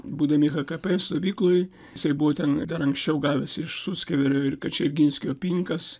būdami hkp stovykloj jisai buvo ten dar anksčiau gavęs iš suskeverio ir kačerginskio pinkas